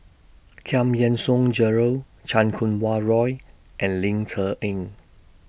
Yean Song Gerald Chan Kum Wah Roy and Ling Cher Eng